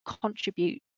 contribute